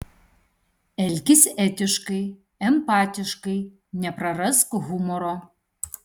elkis etiškai empatiškai neprarask humoro